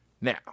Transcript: Now